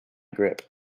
grip